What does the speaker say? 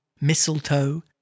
mistletoe